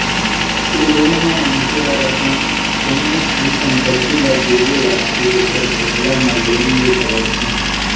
ए loan म मनखे ह अपन कोनो भी संपत्ति ल गिरवी राखके ओखर बदला म लोन ले सकत हे